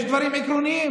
יש דברים עקרוניים.